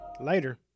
Later